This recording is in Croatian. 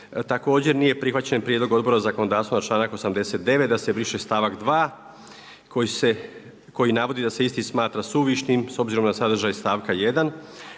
Također nije prihvaćen prijedlog Odbora za zakonodavstvo na članak 89. da se briše stavak 2 koji navodi da se isti smatra suvišnim, s obzirom na sadržaj stavka 1.